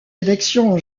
élections